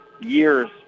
years